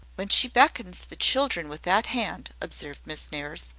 when she beckons the children with that hand, observed miss nares,